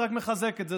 זה רק מחזק את זה,